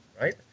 right